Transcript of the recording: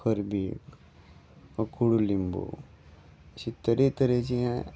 करबील वो कुडुलिंबू अशी तरेतरेची